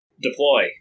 deploy